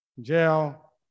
jail